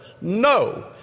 No